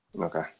Okay